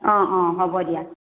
অঁ অঁ হ'ব দিয়া